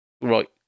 right